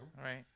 Right